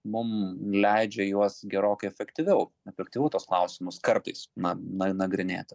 mum leidžia juos gerokai efektyviau efektyviau tuos klausimus kartais na na nagrinėti